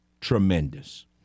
Tremendous